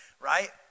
right